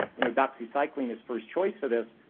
you know, doxycycline is first choice for this,